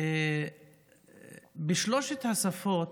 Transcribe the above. בשלושת השפות,